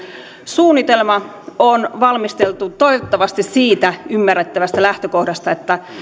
suunnitelma on valmisteltu siitä ymmärrettävästä lähtökohdasta että